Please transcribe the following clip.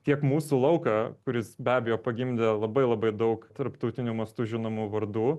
tiek mūsų lauką kuris be abejo pagimdė labai labai daug tarptautiniu mastu žinomų vardų